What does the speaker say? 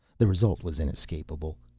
the result was inescapable.